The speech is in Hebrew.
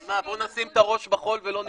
אז מה, בוא נשים את הראש בחול ולא נבדוק?